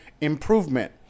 improvement